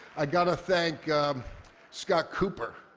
i got to thank scott cooper.